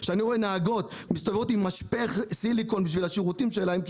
כשאני רואה נהגות מסתובבות עם משפך סיליקון בשביל השירותים שלהן,